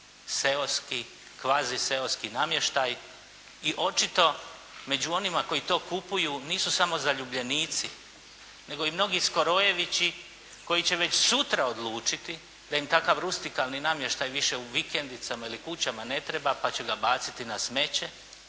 seoski, kvaziseoski namještaj. I očito među onima koji to kupuju nisu samo zaljubljenici nego i mnogi Skorojevići koji će već sutra odlučiti da im kakav rustikalni namještaj više u vikendicama ne treba pa će ga baciti na smeće,